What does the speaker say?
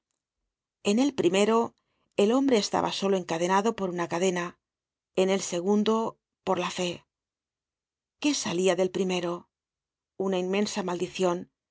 en el primero el hombre estaba solo encadenado por una cadena en el segundo por la fe qué salia del primero una inmensa maldicion